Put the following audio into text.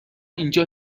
اینجا